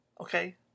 Okay